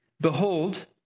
behold